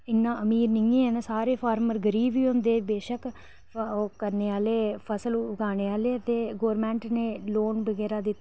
इन्ना अमीर नेईं हैन सारे फार्मर गरीब ही होंदे बेशक ओह् करने आह्ले फसल उगाने आह्ले ते गौरमेंट ने लोन बगैरा दित्ते